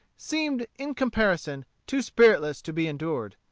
seemed, in comparison, too spiritless to be endured.